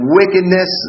wickedness